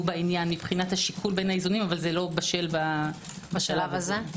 בעניין מבחינת השיקול בין האיזונים אבל זה לא בשל בשלב זה.